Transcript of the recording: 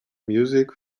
music